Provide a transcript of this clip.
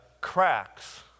cracks